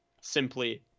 simply